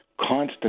constant